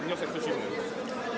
Wniosek przeciwny.